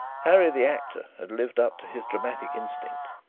harry the actor had lived up to his dramatic instinct.